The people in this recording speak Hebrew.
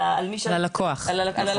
על הלקוח.